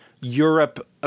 Europe